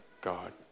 God